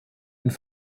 und